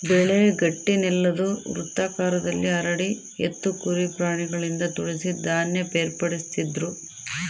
ಬೆಳೆ ಗಟ್ಟಿನೆಲುದ್ ವೃತ್ತಾಕಾರದಲ್ಲಿ ಹರಡಿ ಎತ್ತು ಕುರಿ ಪ್ರಾಣಿಗಳಿಂದ ತುಳಿಸಿ ಧಾನ್ಯ ಬೇರ್ಪಡಿಸ್ತಿದ್ರು